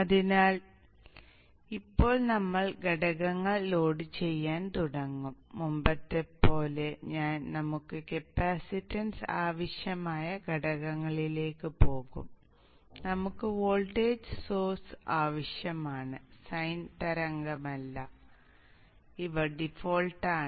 അതിനാൽ ഇപ്പോൾ നമ്മൾ ഘടകങ്ങൾ ലോഡുചെയ്യാൻ തുടങ്ങും മുമ്പത്തെപ്പോലെ ഞാൻ നമുക്ക് കപ്പാസിറ്റൻസ് ആവശ്യമായ ഘടകങ്ങളിലേക്ക് പോകും നമുക്ക് വോൾട്ടേജ് സോഴ്സ് ആവശ്യമാണ് സൈൻ തരംഗമല്ല ഇവ ഡിഫോൾട്ടാണ്